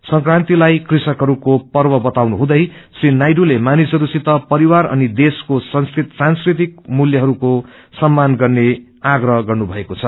संक्रान्तिलाई कृषकहरूको पर्व बताउनु हुँदै श्री नायडूले मानिसहरूसित परिवार अनि देशको सांस्कृतिक मूल्यहरूको सम्मान गर्ने आग्रह गर्नु भएको छ